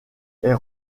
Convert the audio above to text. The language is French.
est